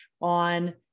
on